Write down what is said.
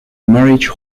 marriage